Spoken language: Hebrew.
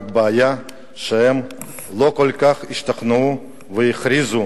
רק הבעיה שהם לא כל כך השתכנעו והכריזו